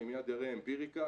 אני מיד אראה אמפיריקה,